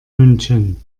münchen